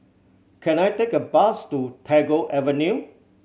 can I take a bus to Tagore Avenue